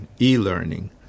e-learning